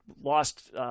lost